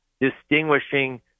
distinguishing